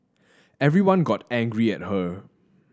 everyone got angry at her